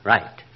Right